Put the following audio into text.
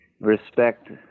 respect